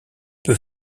peu